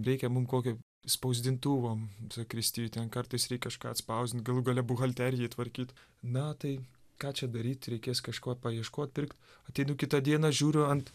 reikia mum kokio spausdintuvo zakristijoj ten kartais reik kažką atspausdint galų gale buhalterijai tvarkyt na tai ką čia daryt reikės kažko paieškot pirkt ateinu kitą dieną žiūriu ant